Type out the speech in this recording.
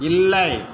இல்லை